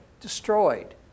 destroyed